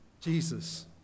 Jesus